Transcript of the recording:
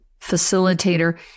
facilitator